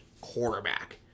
quarterback